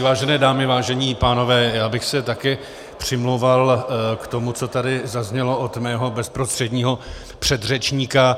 Vážené dámy, vážení pánové, já bych se také přimlouval za to, co tady zaznělo od mého bezprostředního předřečníka.